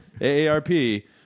AARP